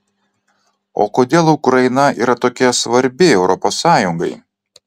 o kodėl ukraina yra tokia svarbi europos sąjungai